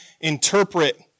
interpret